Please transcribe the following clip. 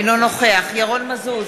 אינו נוכח ירון מזוז,